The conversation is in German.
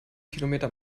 kilometer